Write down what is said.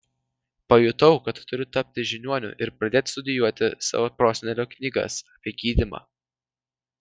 pajutau kad turiu tapti žiniuoniu ir pradėti studijuoti savo prosenelio knygas apie gydymą